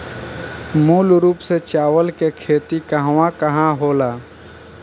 मूल रूप से चावल के खेती कहवा कहा होला?